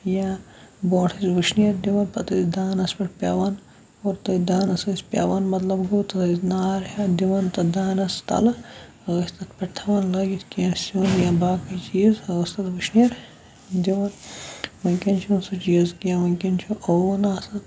یا برونٛٹھ ٲسۍ وٕشنیر دِوان پَتہٕ ٲسۍ دانَس پٮ۪ٹھ پیٚوان اور تٔتھۍ دانَس ٲسۍ پیٚوان مطلب ہُتھ ٲسۍ نار دِوان تہٕ دانَس تَلہٕ ٲسۍ تَتھ پٮ۪ٹھ تھَوان لٲگِتھ کینٛہہ سیُٚن یا باقٕے چیٖز ٲس تَتھ وُشنیر دِوان وٕنکیٚن چھُنہٕ سُہ چیٖز کینٛہہ وٕنکیٚٮ۪ن چھُ اوٚوُن آسان